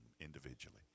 individually